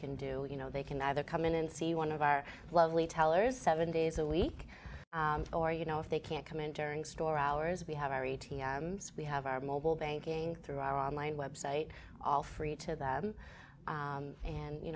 can do you know they can either come in and see one of our lovely tellers seven days a week or you know if they can't comment during store hours we have our a t m we have our mobile banking through our online website all free to them and you